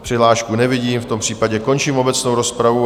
Přihlášku nevidím, v tom případě končím obecnou rozpravu.